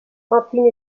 fantine